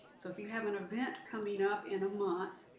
so if you have an event coming up in a month,